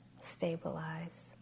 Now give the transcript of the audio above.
Stabilize